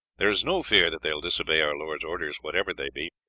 there is no fear that they will disobey our lord's orders whatever they be,